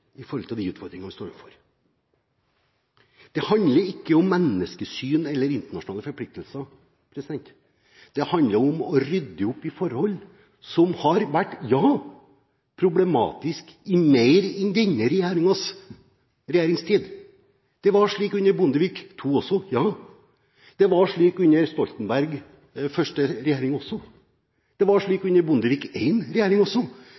i forhold som har vært problematiske i mer enn denne regjeringens regjeringstid. Det var slik under Bondevik II også. Ja, det var slik under Stoltenbergs første regjering også. Det var slik under Bondevik I-regjeringen også.